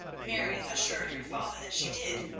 mary assured her father that she did.